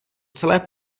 celé